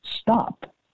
stop